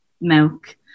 milk